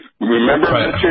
Remember